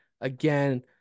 again